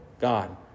God